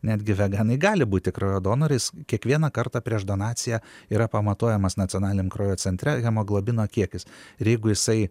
netgi veganai gali būti kraujo donorais kiekvieną kartą prieš donaciją yra pamatuojamas nacionaliniam kraujo centre hemoglobino kiekis ir jeigu jisai